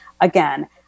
again